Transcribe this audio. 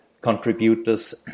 contributors